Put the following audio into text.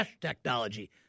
technology